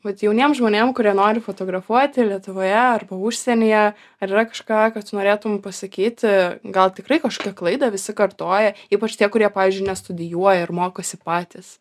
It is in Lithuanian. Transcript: vat jauniem žmonėm kurie nori fotografuoti lietuvoje arba užsienyje ar yra kažką ką tu norėtum pasakyti gal tikrai kažkokią klaidą visi kartoja ypač tie kurie pavyzdžiui nestudijuoja ir mokosi patys